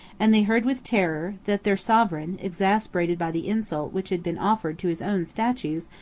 and they heard with terror, that their sovereign, exasperated by the insult which had been offered to his own statues,